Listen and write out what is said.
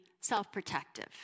self-protective